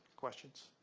questions?